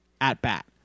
at-bat